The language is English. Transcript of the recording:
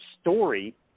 story